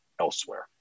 elsewhere